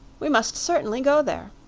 we must certainly go there.